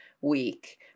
week